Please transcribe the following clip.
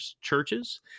churches